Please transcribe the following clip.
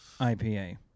IPA